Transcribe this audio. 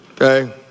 Okay